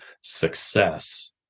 success